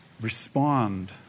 respond